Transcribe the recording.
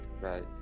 right